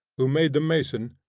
who made the mason,